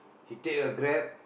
he take a Grab